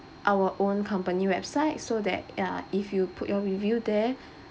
our own company website so that uh if you put your review there